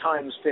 times